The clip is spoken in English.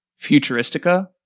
Futuristica